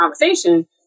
conversation